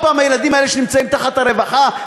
עוד פעם הילדים האלה שנמצאים תחת הרווחה.